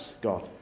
God